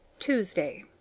tuesday.